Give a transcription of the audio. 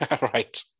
Right